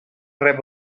rep